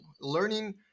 Learning